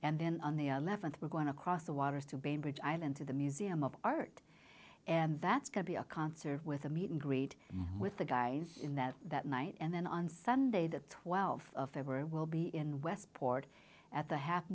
and then on the eleventh we're going across the waters to bainbridge island to the museum of art and that's going to be a concert with a meet and greet with the guys in that that night and then on sunday the twelve they were will be in westport at the half